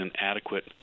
inadequate